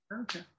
Okay